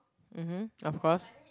mmhmm of course